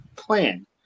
Plan